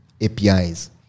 APIs